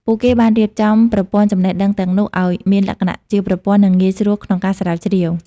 ពួកគេបានរៀបចំប្រព័ន្ធចំណេះដឹងទាំងនោះឲ្យមានលក្ខណៈជាប្រព័ន្ធ និងងាយស្រួលក្នុងការស្រាវជ្រាវ។